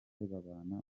babana